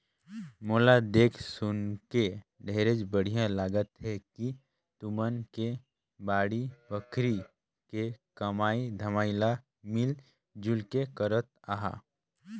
मोला देख सुनके ढेरेच बड़िहा लागत हे कि तुमन के बाड़ी बखरी के कमई धमई ल मिल जुल के करत अहा